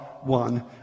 one